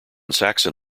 saxon